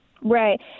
Right